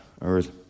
earth